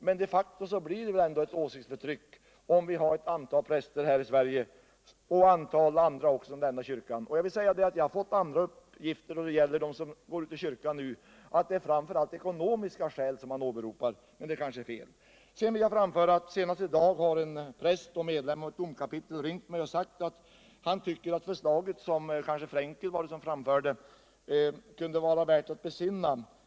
Men de facto blir det ett åsiktsförtryck om det finns ett antal präster och andra här i Sverige som måste lämna kyrkan. Jag har fått andra uppgifter när det gäller de som går ur kyrkan nu, nämligen att det framför allt är ekonomiska skäl man åberopar. Men det kanske är fel. Jag vill framföra att senast i dag har en präst och medlem av ett domkapitel ringt mig och sagt att han tycker förslaget som jag tror Ingegärd Frenkel framförde kunde vara värt att begrunda.